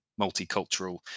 multicultural